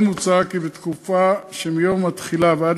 עוד מוצע כי בתקופה שמיום התחילה ועד